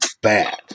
bad